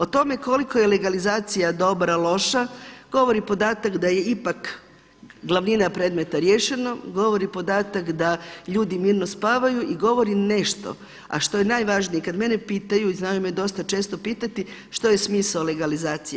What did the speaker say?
O tome koliko je legalizacija dobra, loša govori podatak da je ipak glavnina predmeta riješeno, govori podatak da ljudi mirno spavaju i govori nešto, a što je najvažnije kada mene pitaju i znaju me dosta često pitati što je smisao legalizacije.